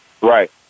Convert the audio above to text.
Right